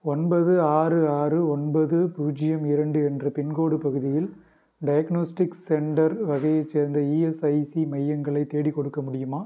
ஒன்பது ஆறு ஆறு ஒன்பது பூஜ்ஜியம் இரண்டு என்ற பின்கோடு பகுதியில் டயக்னோஸ்டிக்ஸ் சென்டர் வகையைச் சேர்ந்த இஎஸ்ஐசி மையங்களை தேடிக்கொடுக்க முடியுமா